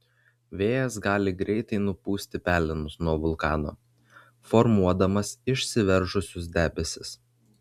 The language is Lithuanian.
vėjas gali greitai nupūsti pelenus nuo vulkano formuodamas išsiveržusius debesis